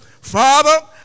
Father